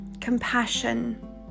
Compassion